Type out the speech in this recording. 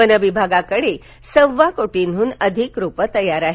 वनविभागाकडे सव्वा कोटींहून अधिक रोपे तयार आहेत